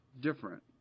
different